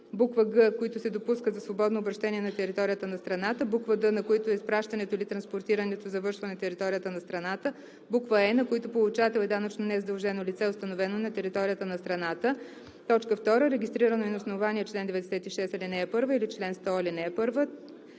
5; г) които се допускат за свободно обръщение на територията на страната; д) на които изпращането или транспортирането завършва на територията на страната; е) на които получател е данъчно незадължено лице, установено на територията на страната; 2. регистрирано е на основание чл. 96, ал. 1 или чл. 100, ал. 1; 3.